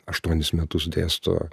aštuonis metus dėsto